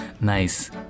nice